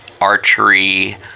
archery